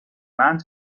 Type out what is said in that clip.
مند